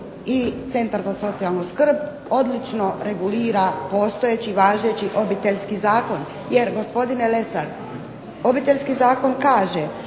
i Centar za socijalnu skrb odlično regulira postojeći važeći Obiteljski zakon. Jer gospodine Lesar, Obiteljski zakon kaže